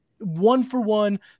one-for-one